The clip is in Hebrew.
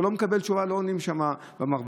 הוא לא מקבל תשובה, לא עונים שם במרב"ד.